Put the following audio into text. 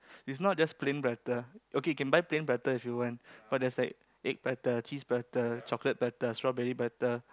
it's not just plain prata okay can buy plain prata if you want but there's like egg prata cheese prata chocolate prata strawberry prata